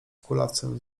kulawcem